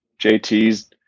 JT's